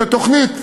את התוכנית